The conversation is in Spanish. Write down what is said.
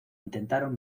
intentaron